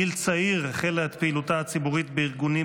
בגיל צעיר החלה את פעילותה הציבורית בארגונים